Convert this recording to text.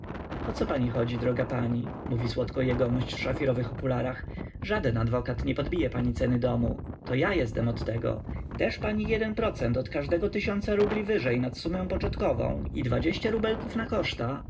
o co pani chodzi droga pani mówi słodko jegomość w szafirowych okularach żaden adwokat nie podbije pani ceny domu to ja jezdem od tego desz pani jeden procent od każdego tysiąca rubli wyżej nad sumę poczotkową i dwadzieścia rubelków na koszta